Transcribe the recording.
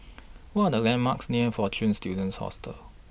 What Are The landmarks near Fortune Students Hostel